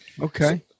Okay